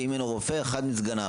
ואם אינו רופא - אחד מסגניו,